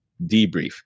debrief